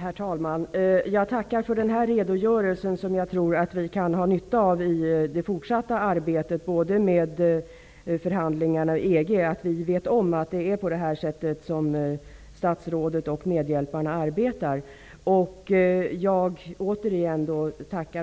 Herr talman! Jag tackar för denna redogörelse, som jag tror att vi kan ha nytta av i det fortsatta arbetet, att vi vet om att det är så här statsrådet och medhjälparna arbetar. Jag tackar återigen å